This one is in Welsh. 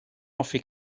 hoffi